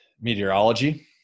meteorology